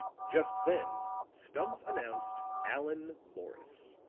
just then stumph announced allan morris.